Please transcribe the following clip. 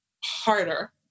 harder